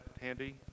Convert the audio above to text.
handy